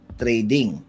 trading